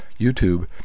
youtube